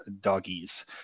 doggies